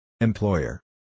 Employer